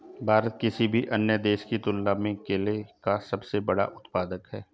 भारत किसी भी अन्य देश की तुलना में केले का सबसे बड़ा उत्पादक है